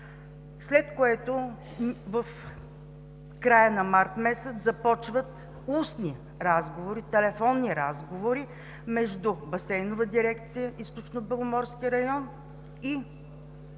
След това в края на май месец започват устни разговори – телефонни разговори, между Басейнова дирекция – Източнобеломорски район, и